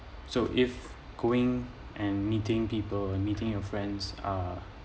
so if going and meeting people and meeting your friends are